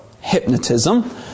hypnotism